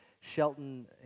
Shelton